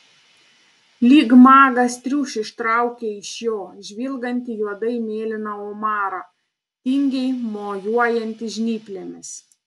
lyg magas triušį ištraukia iš jo žvilgantį juodai mėlyną omarą tingiai mojuojantį žnyplėmis